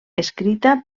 escrita